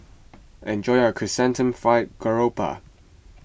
enjoy your Chrysanthemum Fried Garoupa